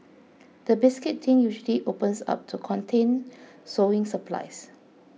the biscuit tin usually opens up to contain sewing supplies